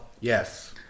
Yes